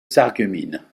sarreguemines